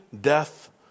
death